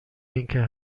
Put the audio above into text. اینکه